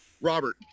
Robert